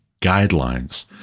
guidelines